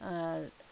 আর